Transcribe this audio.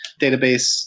database